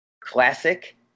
classic